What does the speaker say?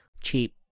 cheap